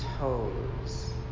toes